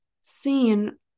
seen